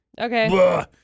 Okay